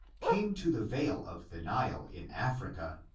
came to the vale of the nile, in africa,